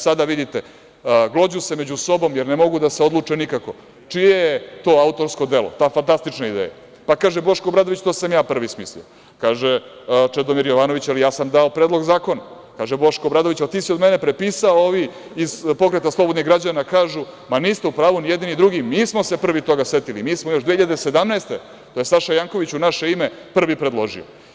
Sada vidite glođu se među sobom, jer ne mogu da se odluče nikako čije je to autorsko delo, ta fantastična ideja, pa kaže Boško Obradović – to sam ja prvi smislio, kaže Čedomir Jovanović – ja sam dao predlog zakona, kaže Boško Obradović – ti si od mene prepisao, a ovi iz Pokreta slobodnih građana kažu – niste u pravu ni jedni, ni drugi, mi smo se prvi toga setilo, još 2017. godine, to je Saša Janković u naše ime prvi predložio.